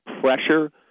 pressure